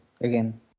again